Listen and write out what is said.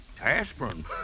aspirin